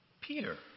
Peter